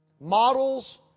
models